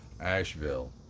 Asheville